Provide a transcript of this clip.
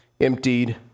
emptied